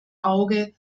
auge